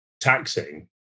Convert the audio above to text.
taxing